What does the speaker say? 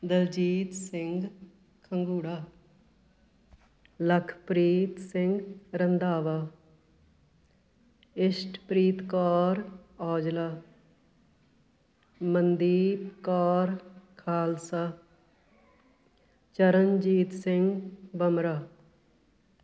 Daljit Singh Khangura Lakhpreet Singh Randhawa Ishtpreet Kaur Aujla Mandeep Kaur Khalsa Charanjit Singh Bamra